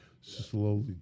slowly